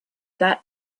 that